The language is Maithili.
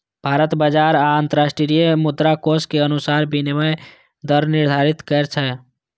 भारत बाजार आ अंतरराष्ट्रीय मुद्राकोष के अनुसार विनिमय दर निर्धारित करै छै